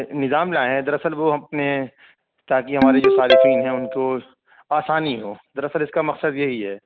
نظام لائے ہیں دراصل وہ ہم اپنے تاکہ ہماری جو صارفین ہیں ان کو آسانی ہو دراصل اس کا مقصد یہی ہے